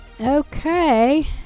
Okay